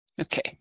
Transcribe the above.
Okay